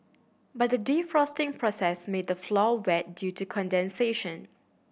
but the defrosting process made the floor wet due to condensation